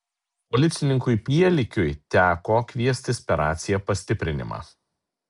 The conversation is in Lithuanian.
policininkui pielikiui teko kviestis per raciją pastiprinimą